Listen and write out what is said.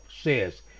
says